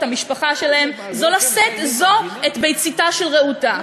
המשפחה שלהן זה לשאת זו את ביציתה של רעותה.